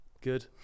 Good